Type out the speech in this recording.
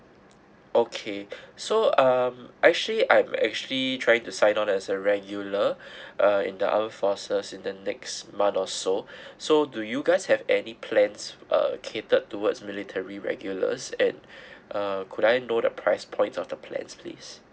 okay so um actually I'm actually trying to sign on as a regular uh in the armed forces in the next month also so do you guys have any plans uh catered towards military regulars and uh could I know the price point of the plans please